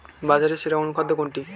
বাজারে সেরা অনুখাদ্য কোনটি?